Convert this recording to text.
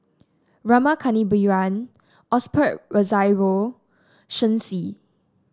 Rama Kannabiran Osbert Rozario Shen Xi